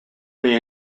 may